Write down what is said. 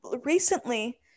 recently